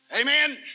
Amen